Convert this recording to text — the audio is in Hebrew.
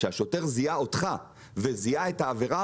שהשוטר זיהה אותך וזיהה את העבירה,